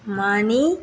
மணி